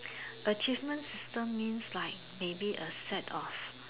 achievement system means like maybe a set of